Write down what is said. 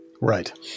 Right